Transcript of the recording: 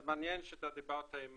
זה מעניין שאתה דיברת עם